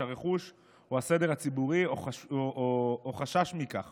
הרכוש או הסדר הציבורי או חשש מכך